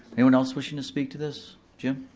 anyone else wishing to speak to this, jim?